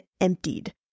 emptied